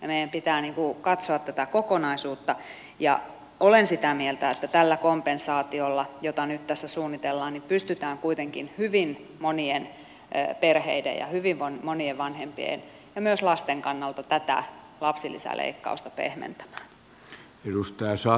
meidän pitää katsoa tätä kokonaisuutta ja olen sitä mieltä että tällä kompensaatiolla jota nyt tässä suunnitellaan pystytään kuitenkin hyvin monien perheiden ja hyvin monien vanhempien ja myös lasten kannalta tätä lapsilisäleikkausta pehmentämään